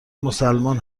مسلمان